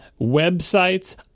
websites